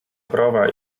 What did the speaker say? prova